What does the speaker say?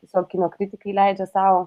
tiesiog kino kritikai leidžia sau